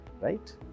right